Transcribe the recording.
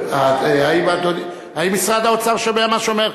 האם משרד האוצר שומע מה שאומר,